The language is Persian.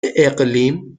اقلیم